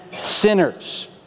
sinners